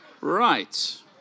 Right